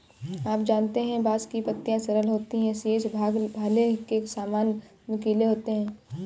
आप जानते है बांस की पत्तियां सरल होती है शीर्ष भाग भाले के सामान नुकीले होते है